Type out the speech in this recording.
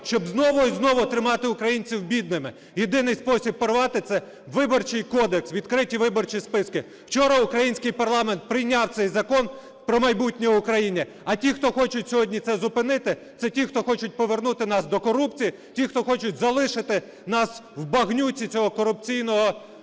щоб знову і знову тримати українців бідними. Єдиний спосіб порвати це – Виборчий кодекс, відкриті виборчі списки. Вчора український парламент прийняв цей закон про майбутнє України, а ті, хто хочуть сьогодні це зупинити, - це ті, хто хочуть повернути нас до корупції, ті, хто хочуть залишити нас в багнюці цього корупційного минулого.